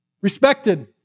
respected